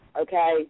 okay